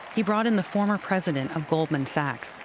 he brought in the former president of goldman sachs,